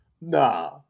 Nah